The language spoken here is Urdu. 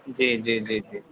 جی جی جی جی